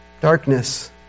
Darkness